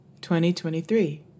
2023